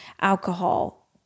alcohol